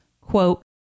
Quote